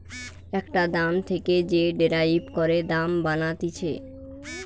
একটা দাম থেকে যে ডেরাইভ করে দাম বানাতিছে